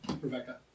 Rebecca